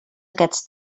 aquests